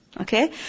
Okay